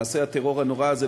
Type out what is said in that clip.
מעשה הטרור הנורא הזה,